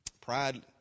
pride